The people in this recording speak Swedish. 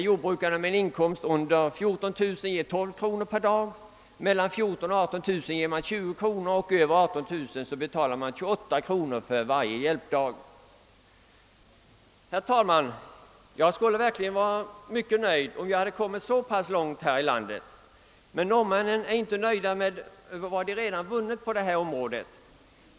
Jordbrukare med inkomst under 14 000 kronor betalar 12 kronor per dag. Den som har mellan 14000 och Herr talman! Jag skulle vara mycket tillfredsställd om vi hade kommit så pass långt här i landet. Men norrmännen är inte nöjda med vad de redan vunnit på detta område.